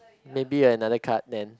maybe another card then